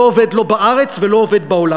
זה לא עובד בארץ ולא עובד בעולם.